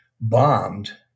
bombed